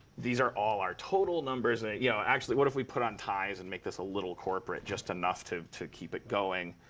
these are all our total numbers. ah you know, what if we put on ties and make this a little corporate just enough to to keep it going.